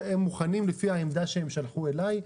לפי העמדה שהם שלחו אלי,